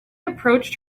approached